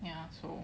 ya so